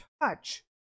touch